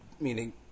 meaning